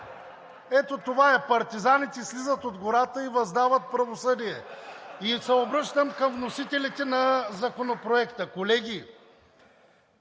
и оживление.) Партизаните слизат от гората и въздават правосъдие. И се обръщам към вносителите на Законопроекта. Колеги,